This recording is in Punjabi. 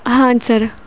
ਹਾਂਜੀ ਸਰ